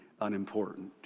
unimportant